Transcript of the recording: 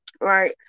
right